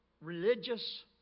religious